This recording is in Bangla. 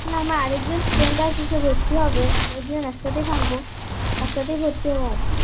না না আর একজন ফ্রেন্ড আছে সে ভর্তি হবে আমরা দুজন একসাথেই থাকব একসাথেই ভর্তি হবো আর কি